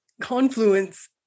confluence